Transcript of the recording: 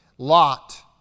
Lot